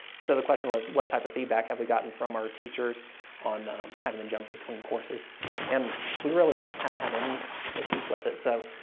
so the question was, what type of feedback have we've gotten from our teachers on having them jump between courses and we really haven't had any issues with it so,